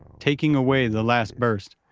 taking away the last bursts.